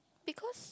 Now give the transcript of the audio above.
because